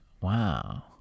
Wow